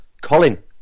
Colin